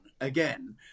again